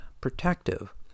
protective